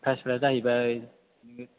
साहसफोरा जाहैबाय